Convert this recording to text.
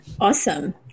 Awesome